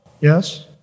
Yes